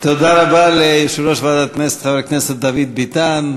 תודה רבה ליושב-ראש ועדת הכנסת חבר הכנסת דוד ביטן.